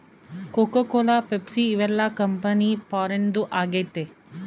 cocoa cola Pepsi ಇವೆಲ್ಲ company ಫಾರಿನ್ದು ಆಗೈತೆ